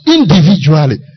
Individually